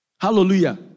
Hallelujah